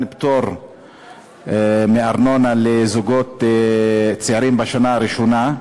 פטור מארנונה לזוגות צעירים בשנה הראשונה,